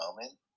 moment